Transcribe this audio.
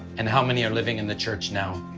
and how many are living in the church now?